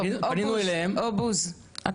אובוז,